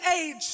age